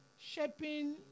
shaping